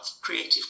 creative